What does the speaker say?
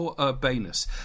Urbanus